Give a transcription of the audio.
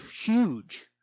huge